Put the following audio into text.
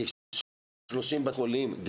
בכ-30 בתי חולים,